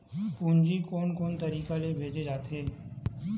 पूंजी कोन कोन तरीका ले भेजे जाथे?